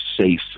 safe